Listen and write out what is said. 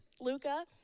Luca